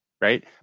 Right